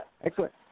Excellent